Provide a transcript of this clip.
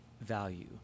value